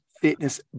Fitness